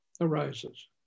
arises